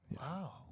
Wow